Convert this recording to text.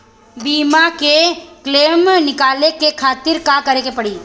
बीमा के क्लेम निकाले के खातिर का करे के पड़ी?